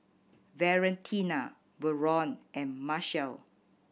Valentina Verlon and Marcel